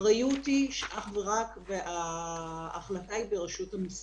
האחריות וההחלטה הן אך ורק ברשות המסים.